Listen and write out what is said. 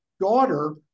daughter